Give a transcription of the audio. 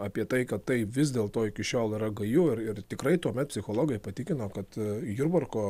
apie tai kad tai vis dėl to iki šiol yra gaju ir ir tikrai tuomet psichologai patikino kad jurbarko